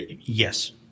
Yes